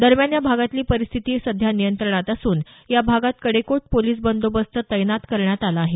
दरम्यान या भागातली परिस्थिती सध्या नियंत्रणात असून या भागात कडेकोट पोलिस बंदोबस्त तैनात करण्यात आला आहे